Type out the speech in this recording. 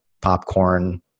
popcorn